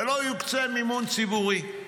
ולא יוקצה מימון ציבורי.